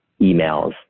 emails